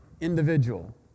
individual